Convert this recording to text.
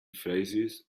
phrases